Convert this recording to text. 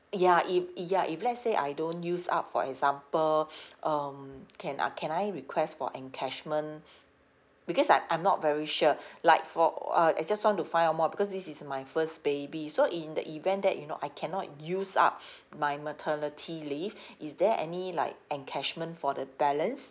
ya if if ya if let's say I don't use up for example um can uh can I request for encashment because I I'm not very sure like for uh I just want to find out more because this is my first baby so in the event that you know I cannot use up my maternity leave is there any like encashment for the balance